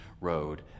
road